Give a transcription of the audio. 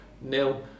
nil